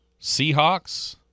Seahawks